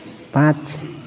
पाँच